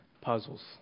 puzzles